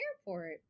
Airport